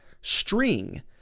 string